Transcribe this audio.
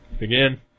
Again